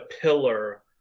pillar